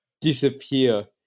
disappear